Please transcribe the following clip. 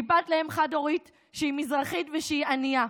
שהיא בת לאם חד-הורית, שהיא מזרחית ושהיא ענייה.